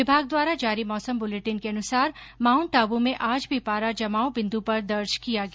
विभाग द्वारा जारी मौसम बुलेटिन के अनुसार माउन्ट आबू में आज भी पारा जमाव बिन्द पर दर्ज किया गया